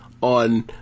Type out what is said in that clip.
on